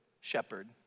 shepherd